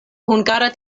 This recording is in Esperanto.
hungara